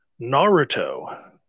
Naruto